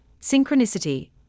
synchronicity